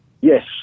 Yes